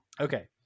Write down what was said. okay